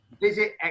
visit